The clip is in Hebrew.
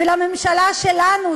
ולממשלה שלנו,